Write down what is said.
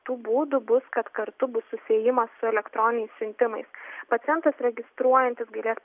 tų būdų bus kad kartu bus susiejimas su elektroniniais siuntimais pacientas registruojantis galės